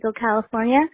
California